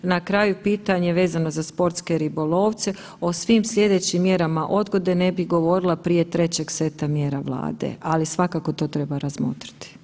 Na kraju pitanje vezano za sportske ribolovce, o svim sljedećim mjerama odgode ne bih govorila prije trećeg seta mjera Vlade, ali svakako to treba razmotriti.